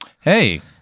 Hey